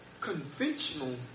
conventional